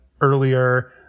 earlier